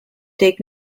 take